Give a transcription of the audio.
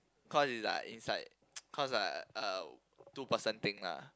cause it's like inside cause like uh uh two person thing lah